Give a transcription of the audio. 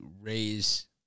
raise –